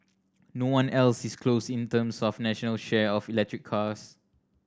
no one else is close in terms of a national share of electric cars